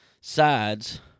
sides